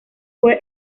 fue